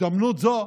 בהזדמנות זו,